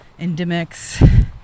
endemics